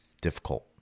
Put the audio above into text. difficult